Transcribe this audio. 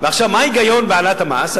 עכשיו, מה ההיגיון בהעלאת המס?